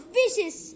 vicious